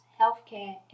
healthcare